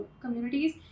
communities